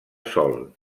sol